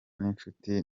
n’inshuti